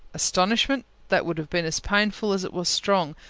astonishment, that would have been as painful as it was strong,